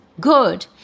good